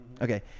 Okay